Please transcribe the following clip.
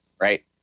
Right